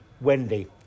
Wendy